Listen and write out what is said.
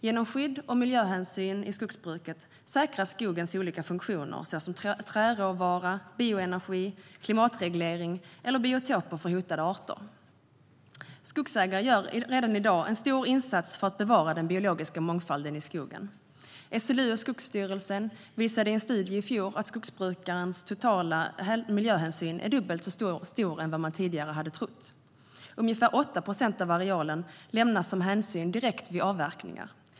Genom skydd och miljöhänsyn i skogsbruket säkras skogens olika funktioner, till exempel träråvara, bioenergi, klimatreglering eller biotoper för hotade arter. Skogsägare gör redan i dag en stor insats för att bevara den biologiska mångfalden i skogen. SLU och Skogsstyrelsen visade i en studie i fjol att skogsbrukarens totala miljöhänsyn är dubbelt så stor som man tidigare hade trott. Ungefär 8 procent av arealen lämnas som hänsyn direkt vid avverkningar.